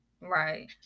Right